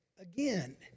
again